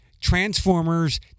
Transformers